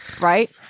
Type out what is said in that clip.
right